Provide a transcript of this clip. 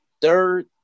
Third